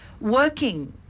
working